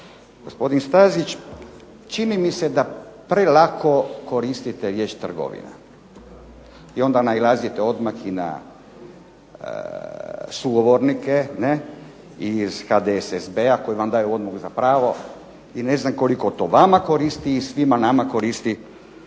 Gospodin Stazić, čini mi se da prelako koristite riječ trgovina i onda nailazite odmah i na sugovornike iz HDSSB-a koji vam daju odmah za pravo i ne znam koliko to vama koristi i svima nama koristi